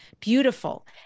beautiful